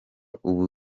ubu